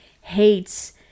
hates